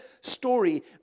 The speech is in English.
story